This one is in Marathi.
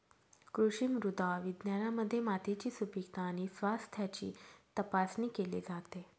कृषी मृदा विज्ञानामध्ये मातीची सुपीकता आणि स्वास्थ्याची तपासणी केली जाते